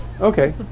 Okay